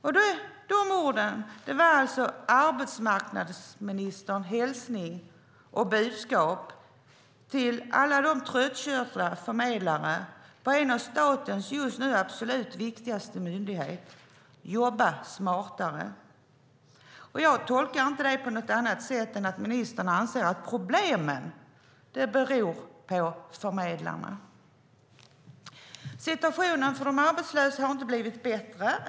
Dessa ord var alltså arbetsmarknadsministerns hälsning och budskap till alla de tröttkörda förmedlarna på en av statens just nu absolut viktigaste myndighet: Jobba smartare! Jag tolkar inte det på något annat sätt än att ministern anser att problemen beror på förmedlarna. Situationen för de arbetslösa har inte blivit bättre.